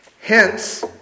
Hence